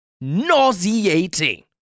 Nauseating